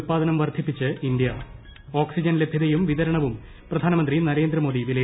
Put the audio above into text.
ഉൽപാദനം വർധിപ്പിച്ച് India oxygen ലഭ്യതയും വിതരണവും പ്രധാനമന്ത്രി നരേന്ദ്രമോദി വിലയിരുത്തി